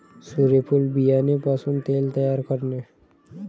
सूर्यफूल बियाणे पासून तेल तयार करणे